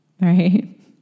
right